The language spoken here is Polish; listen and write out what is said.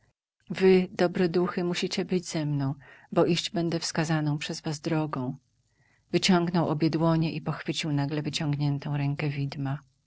wy dobre duchy musicie być ze mną bo iść będę wskazaną przez was drogą wyciągnął obie dłonie i pochwycił nagle wyciągniętą rękę widma